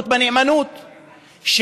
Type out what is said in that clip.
הנאמנות בתרבות,